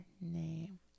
name